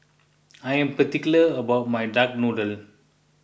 I am particular about my Duck Noodle